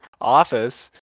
office